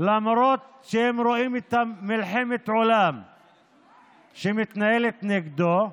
למרות שהם רואים את מלחמת העולם שמתנהלת נגדו,